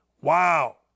wow